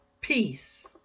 Peace